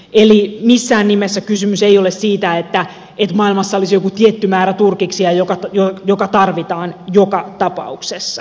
eli missään nimessä kysymys ei ole siitä että maailmassa olisi joku tietty määrä turkiksia joka tarvitaan joka tapauksessa